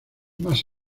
más